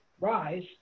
rise